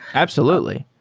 absolutely.